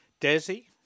Desi